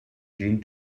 jeanne